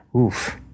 oof